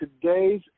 today's